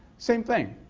same thing.